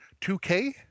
2K